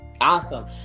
awesome